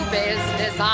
business